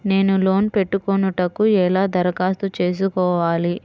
నేను లోన్ పెట్టుకొనుటకు ఎలా దరఖాస్తు చేసుకోవాలి?